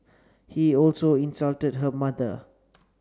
he also insulted her mother